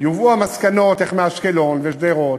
יובאו המסקנות איך מאשקלון, שדרות,